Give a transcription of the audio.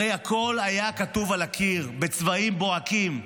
הרי הכול היה כתוב על הקיר בצבעים בוהקים.